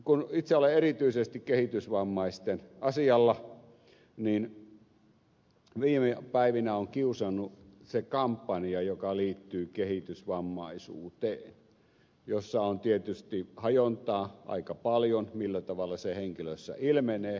kun itse olen erityisesti kehitysvammaisten asialla niin viime päivinä on kiusannut se kampanja joka liittyy kehitysvammaisuuteen jossa on tietysti hajontaa aika paljon millä tavalla se henkilössä ilmenee